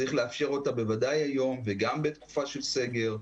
צריך לאפשר אותה, בוודאי היום וגם בתקופה של סגר,